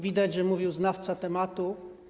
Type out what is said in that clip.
Widać, że mówił znawca tematu.